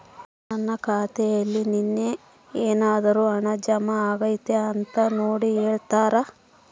ನನ್ನ ಖಾತೆಯಲ್ಲಿ ನಿನ್ನೆ ಏನಾದರೂ ಹಣ ಜಮಾ ಆಗೈತಾ ಅಂತ ನೋಡಿ ಹೇಳ್ತೇರಾ?